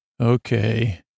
Okay